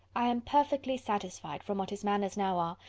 i am perfectly satisfied, from what his manners now are,